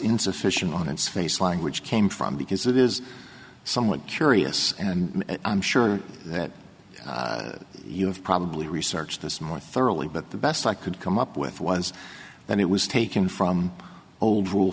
insufficient on it's face language came from because it is somewhat curious and i'm sure that you have probably researched this more thoroughly but the best i could come up with was that it was taken from old rule